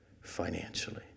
financially